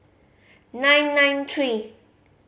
nine nine three